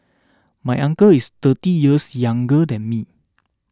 my uncle is thirty years younger than me